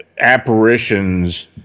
apparitions